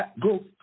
go